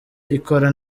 ikora